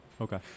Okay